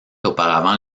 auparavant